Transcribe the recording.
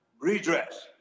redress